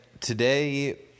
today